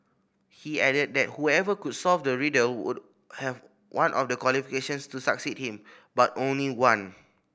he added that whoever could solve the riddle would have one of the qualifications to succeed him but only one